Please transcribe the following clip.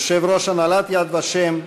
יושב-ראש הנהלת "יד ושם"